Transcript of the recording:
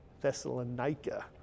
thessalonica